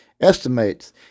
estimates